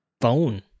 Phone